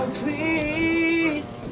please